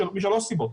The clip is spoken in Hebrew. משלוש סיבות: